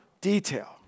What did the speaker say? detail